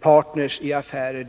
partner i affärer.